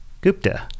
Gupta